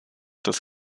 das